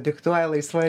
diktuoja laisva